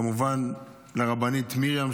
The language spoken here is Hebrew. וכמובן לרבנית מרים,